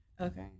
Okay